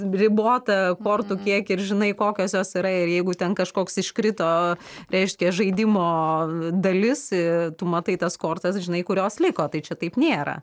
ribotą kortų kiekį ir žinai kokios jos yra ir jeigu ten kažkoks iškrito reiškia žaidimo dalis i tu matai tas kortas žinai kurios liko tai čia taip nėra